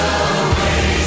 away